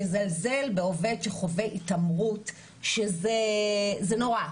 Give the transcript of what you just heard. מזלזל בעובד שחווה התעמרות שזה נורא,